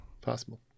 Possible